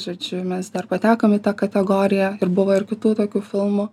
žodžiu mes dar patekom į tą kategoriją ir buvo ir kitų tokių filmų